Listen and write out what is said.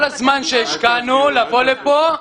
כל הזמן שהשקענו לבוא לפה,